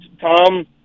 Tom